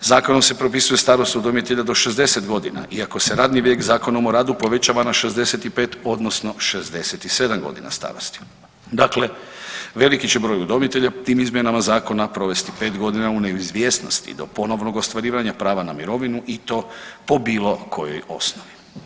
Zakonom se propisuje starost udomitelja do 60 godina, i ako se radni vijek Zakonom o radu povećava na 65 odnosno 67 godina starosti, dakle veliki će broj udomitelja tim izmjenama zakona provesti pet godina u neizvjesnosti do ponovnog ostvarivanja prava na mirovinu i to po bilo kojoj osnovi.